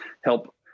help